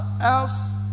else